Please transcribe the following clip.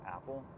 Apple